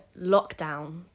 lockdown